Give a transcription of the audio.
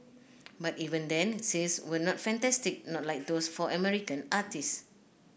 but even then sales were not fantastic not like those for American artistes